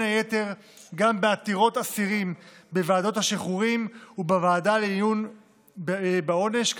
היתר גם בעתירות אסירים בוועדות השחרורים ובוועדה לדיון בעונש,